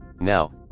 Now